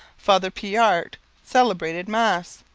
father pijart celebrated mass.